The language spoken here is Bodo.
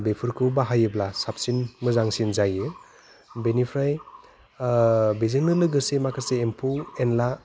बेफोरखौ बाहायोब्ला साबसिन मोजांसिन जायो बेनिफ्राय बेजोंनो लोगोसे माखासे एम्फौ एनला